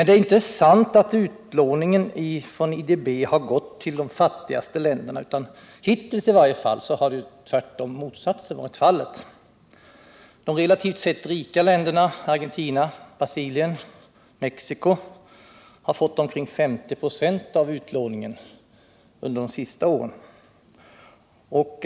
Det är inte sant att IDB:s utlåning har gått till de fattigaste länderna, utan hittills har motsatsen varit fallet. De relativt sett rika länderna Argentina, Brasilien och Mexico har fått omkring 50 26 av utlåningen under de senaste åren.